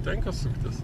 tenka suktis